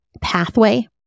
pathway